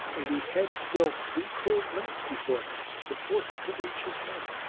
and he had still three cold nights before him before he could reach his home.